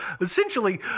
essentially